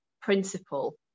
principle